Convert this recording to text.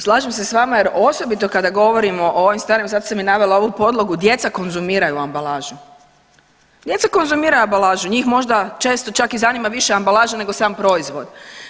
Slažem se s vama jer osobito kada govorimo o ovim stvarima, zato sam i navela ovu podlogu, djeca konzumiraju ambalažu, djeca konzumiraju ambalažu, njih možda često čak i zanima više ambalaža nego sam proizvod.